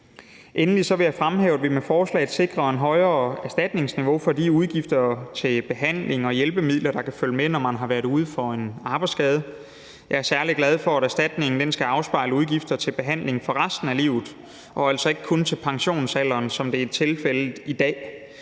Endelig vil jeg fremhæve, at vi med forslaget sikrer et højere erstatningsniveau for de udgifter til behandling og hjælpemidler, der kan følge med, når man har været ude for en arbejdsskade. Jeg er særlig glad for, at erstatningen skal afspejle udgifter til behandling i resten af livet og altså ikke kun til pensionsalderen, som det er tilfældet i dag.